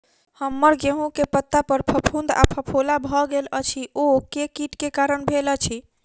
हम्मर गेंहूँ केँ पत्ता पर फफूंद आ फफोला भऽ गेल अछि, ओ केँ कीट केँ कारण भेल अछि?